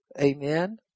Amen